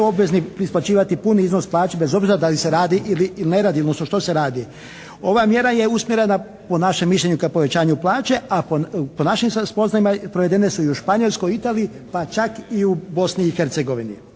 obvezni isplaćivati puni iznos plaće bez obzira da li se radi ili ne radi, odnosno što se radi. Ova mjera je usmjerena po našem mišljenju ka povećanju plaće, a po našim spoznajama provedene su i u Španjolskoj, Italiji pa čak i u Bosni i Hercegovini.